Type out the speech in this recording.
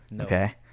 okay